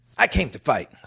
i came to fight.